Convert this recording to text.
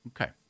Okay